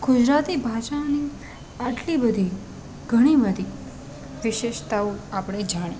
ગુજરાતી ભાષાની આટલી બધી ઘણી બધી વિશેષતાઓ આપણે જાણી